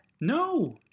No